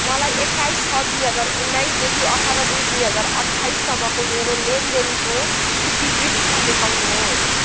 मलाई एक्काइस छ दुई हजार उन्नाइसदेखि अठार दुई दुई हजार अठ्ठाइससम्मको मेरो लेनदेनको इतिवृत्त देखाउनुहोस्